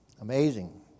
amazing